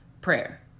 prayer